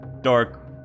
dark